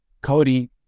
Cody